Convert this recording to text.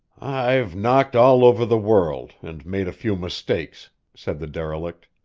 i've knocked all over the world and made a few mistakes, said the derelict.